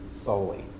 solely